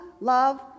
love